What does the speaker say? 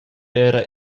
era